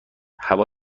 هوا